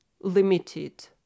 limited